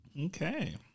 Okay